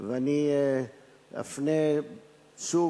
אני אפנה שוב.